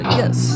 yes